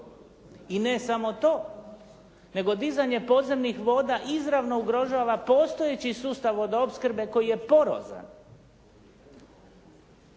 I ne samo to nego dizanje podzemnih voda izravno ugrožava postojeći sustav vodoopskrbe koji je porozan.